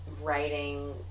writing